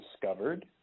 discovered